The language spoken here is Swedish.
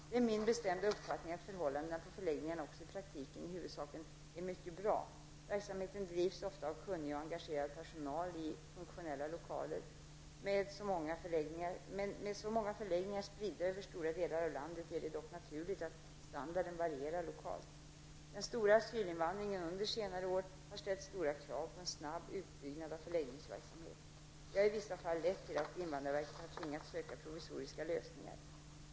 Det är min bestämda uppfattning att förhållandena på förläggningarna också i praktiken i huvudsak är mycket bra. Verksamheten drivs oftast av kunnig och engagerad personal i funktionella lokaler. Med så många förläggningar spridda över stora delar av landet är det dock naturligt att standarden varierar lokalt. Den stora asylinvandringen under senare år har ställt stora krav på en snabb utbyggnad av förläggningsverksamheten. Det har i vissa fall lett till att invandrarverket har tvingats söka provisoriska lösningar.